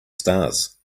stars